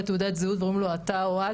תעודת הזהות ואומרים לו "..אתה או את..",